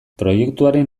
proiektuaren